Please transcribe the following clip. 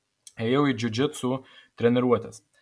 ėjau į džiudžitsu treniruotes